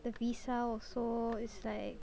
the visa also it's like